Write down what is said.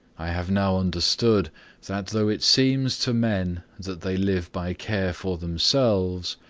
i have now understood that though it seems to men that they live by care for themselves,